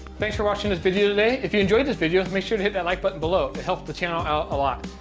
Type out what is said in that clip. thanks for watching this video today. if you enjoyed this video, make sure to hit that like button below. it helps the channel out a lot.